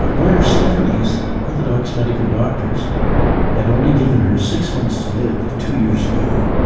but where stephanie's orthodox medical doctors had only given her six months to live two years ago,